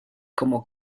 como